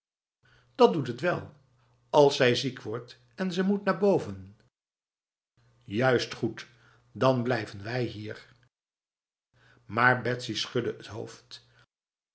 dat doet het wel als zij ziek wordt en ze moet naar bovenb juist goed dan blijven we hieif maar betsy schudde het hoofd